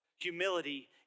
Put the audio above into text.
Humility